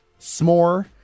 S'more